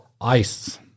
ice